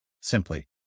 simply